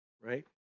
right